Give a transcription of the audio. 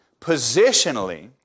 positionally